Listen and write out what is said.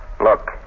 Look